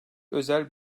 özel